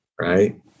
right